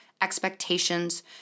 expectations